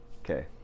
Okay